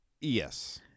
Yes